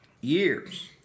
years